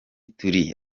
turi